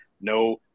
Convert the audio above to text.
no